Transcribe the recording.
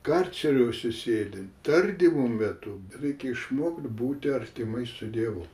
karceriuose sėdim tardymo metu reikia išmokt būti artimai su dievu